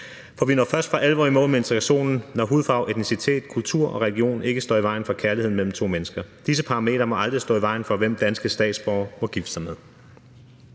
For vi når først for alvor i mål med integrationen, når hudfarve, etnicitet, kultur og religion ikke står i vejen for kærlighed mellem to mennesker. Disse parametre må aldrig stå i vejen for, hvem danske statsborgere må gifte sig med.